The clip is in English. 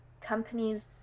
companies